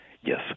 Yes